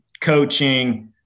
coaching